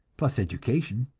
plus education.